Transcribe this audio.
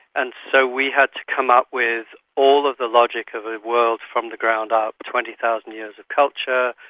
and so we had to come up with all of the logic of a world from the ground up twenty thousand years of culture,